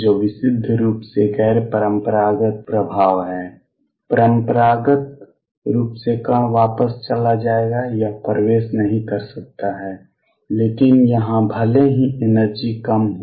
जो विशुद्ध रूप से गैर परम्परागत प्रभाव है परम्परागत रूप से कण वापस चला जाएगा यह प्रवेश नहीं कर सकता है लेकिन यहां भले ही एनर्जी कम हो